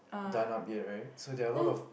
done up yet right so there are a lot of